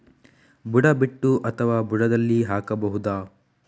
ಬುಡ ಬಿಟ್ಟು ಅಥವಾ ಬುಡದಲ್ಲಿ ಹಾಕಬಹುದಾ?